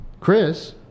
Chris